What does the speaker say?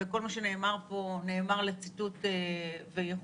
וכל מה שנאמר פה נאמר לציטוט ולייחוס,